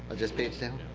ah just page down?